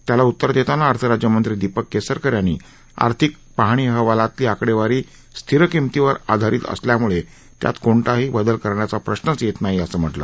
याला उत्तर देताना अर्थराज्यमंत्री दीपक केसरकर यांनी आर्थिक पाहणी अहवालातील आकडेवारी स्थिर किंमतीवर आधारित असल्यामुळं त्यात कोणताही बदल करण्याचा प्रश्रच येत नाही असं म्हटलं